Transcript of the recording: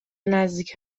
نزدیک